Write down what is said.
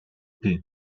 paie